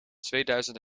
tweeduizend